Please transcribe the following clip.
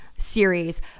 series